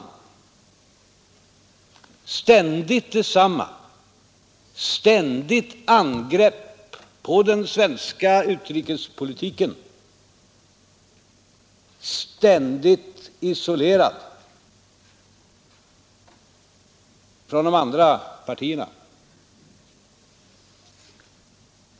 Det har ständigt varit detsamma, ständigt angrepp på den svenska utrikespolitiken, ständigt isolerat från de andra partierna.